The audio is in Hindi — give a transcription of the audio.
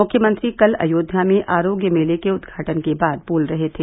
मुख्यमंत्री कल अयोध्या में आरोग्य मेले के उद्घाटन के बाद बोल रहे थे